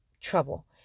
trouble